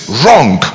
wrong